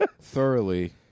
Thoroughly